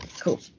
Cool